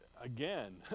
again